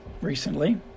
recently